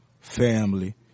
family